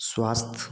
स्वास्थय